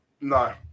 No